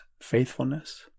faithfulness